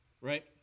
right